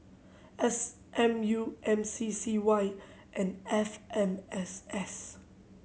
S M U M C C Y and F M S S